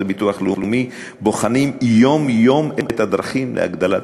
לאומי בוחנים יום-יום את הדרכים להגדלת הקצבה.